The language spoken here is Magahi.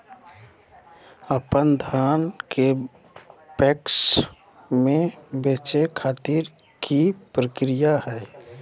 अपन धान के पैक्स मैं बेचे खातिर की प्रक्रिया हय?